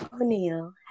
O'Neill